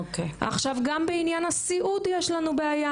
גם בעניין הסיעוד יש לנו בעיה,